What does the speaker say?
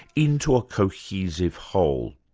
into a cohesive whole.